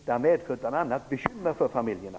Det har bl.a. medfört bekymmer för familjerna.